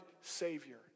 Savior